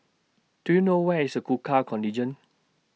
Do YOU know Where IS Gurkha Contingent